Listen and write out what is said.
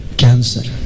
cancer